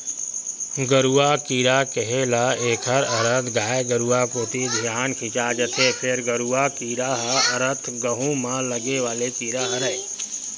गरुआ कीरा केहे ल एखर अरथ गाय गरुवा कोती धियान खिंचा जथे, फेर गरूआ कीरा के अरथ गहूँ म लगे वाले कीरा हरय